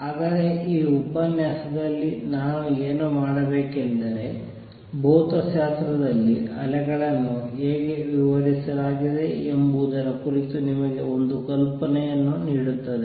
ಆದರೆ ಈ ಉಪನ್ಯಾಸದಲ್ಲಿ ನಾನು ಏನು ಮಾಡಬೇಕೆಂದರೆ ಭೌತಶಾಸ್ತ್ರದಲ್ಲಿ ಅಲೆಗಳನ್ನು ಹೇಗೆ ವಿವರಿಸಲಾಗಿದೆ ಎಂಬುದರ ಕುರಿತು ನಿಮಗೆ ಒಂದು ಕಲ್ಪನೆಯನ್ನು ನೀಡುತ್ತದೆ